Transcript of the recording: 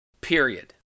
period